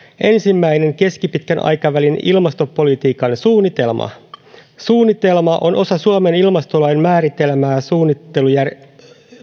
ensimmäinen keskipitkän aikavälin ilmastopolitiikan suunnitelma suunnitelma on osa suomen ilmastolain määrittelemää suunnittelujärjestelmää